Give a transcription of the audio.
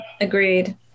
agreed